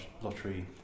Lottery